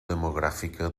demogràfica